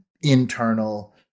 internal